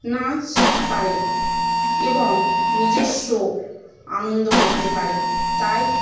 নাচ পারে এবং নিজস্ব আনন্দ করতে পারে তাই